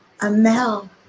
Amel